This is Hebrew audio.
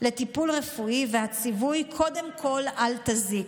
לטיפול רפואי והציווי "קודם כול אל תזיק".